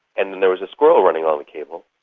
and then there was a squirrel running along the cable,